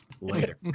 Later